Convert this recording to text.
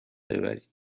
ببرید